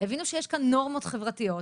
הבינו שיש כאן נורמות חברתיות.